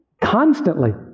constantly